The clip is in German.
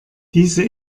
diese